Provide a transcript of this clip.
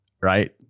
Right